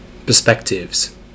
Perspectives